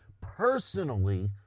personally